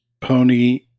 pony